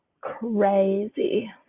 Crazy